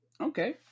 Okay